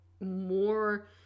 more